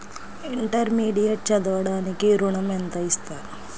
Intermediate చదవడానికి ఋణం ఎంత ఇస్తారు?